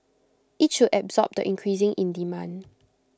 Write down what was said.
IT should absorb the increasing in demand